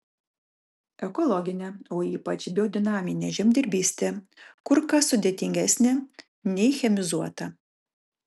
ekologinė o ypač biodinaminė žemdirbystė kur kas sudėtingesnė nei chemizuota